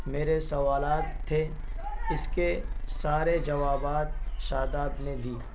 میرے سوالات تھے اس کے سارے جوابات شاداب نے دی